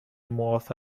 معاف